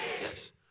Yes